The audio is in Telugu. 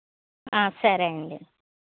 ఆ సరే అండి